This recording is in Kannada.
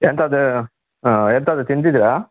ಎಂತಾದ್ರ ಎಂಥಾದರೂ ತಿಂದಿದ್ದಿರಾ